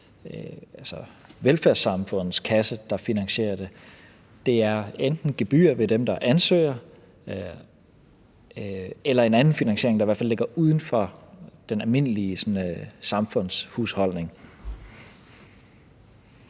er velfærdssamfundets kasse, der finansierer det, men at det enten er gebyrer ved dem, der ansøger, eller en anden finansiering, der i hvert fald ligger uden for den almindelige sådan samfundshusholdning.